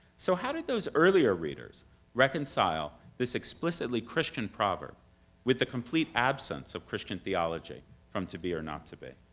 so how did those earlier readers reconcile this explicitly christian proverb with the complete absence of christian theology theology from to be or not to be?